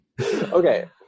Okay